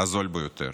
הנמוך ביותר.